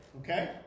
okay